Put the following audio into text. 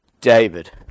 David